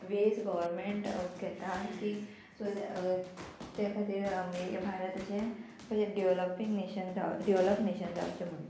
veg government घेता की सो त्या खातीर भारत अशें डेवलॉपींग नेशन जावं डेवलॉप नेशन जावचें म्हणून